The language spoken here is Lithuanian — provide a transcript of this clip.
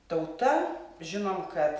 tauta žinom kad